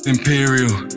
Imperial